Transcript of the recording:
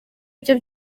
byo